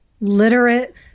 literate